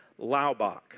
Laubach